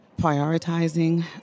prioritizing